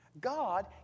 God